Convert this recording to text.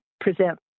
present